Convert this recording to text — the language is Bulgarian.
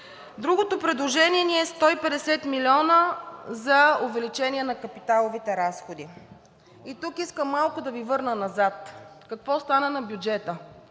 Другото ни предложение е 150 млн. лв. за увеличение на капиталовите разходи. Тук искам малко да Ви върна назад – какво стана на бюджета: